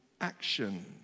action